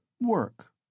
Work